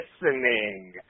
listening